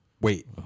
Wait